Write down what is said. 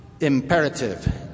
imperative